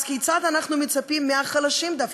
אז כיצד אנחנו מצפים מהחלשים דווקא,